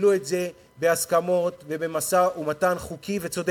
קיבלו את זה בהסכמות ובמשא-ומתן חוקי וצודק.